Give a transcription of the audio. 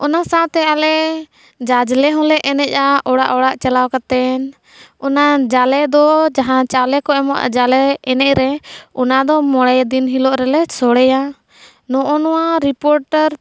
ᱚᱱᱟ ᱥᱟᱶᱛᱮ ᱟᱞᱮ ᱡᱟᱡᱽᱞᱮ ᱦᱚᱸᱞᱮ ᱮᱱᱮᱡ ᱟ ᱚᱲᱟᱜ ᱚᱲᱟᱜ ᱪᱟᱞᱟᱣ ᱠᱟᱛᱮᱱ ᱚᱱᱟ ᱡᱟᱞᱮ ᱫᱚ ᱡᱟᱦᱟᱸ ᱪᱟᱣᱞᱮ ᱠᱚ ᱮᱢᱚᱜᱼᱟ ᱡᱟᱞᱮ ᱮᱱᱮᱡ ᱨᱮ ᱚᱱᱟ ᱫᱚ ᱢᱚᱬᱮ ᱫᱤᱱ ᱦᱤᱞᱳᱜ ᱨᱮᱞᱮ ᱥᱚᱲᱮᱭᱟ ᱱᱚᱜ ᱚ ᱱᱚᱣᱟ ᱨᱤᱯᱳᱴᱟᱨ